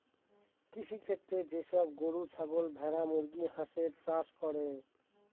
কৃষিক্ষেত্রে যে সব গরু, ছাগল, ভেড়া, মুরগি, হাঁসের চাষ করে